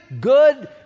good